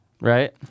Right